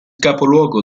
capoluogo